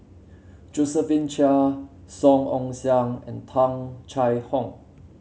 Josephine Chia Song Ong Siang and Tung Chye Hong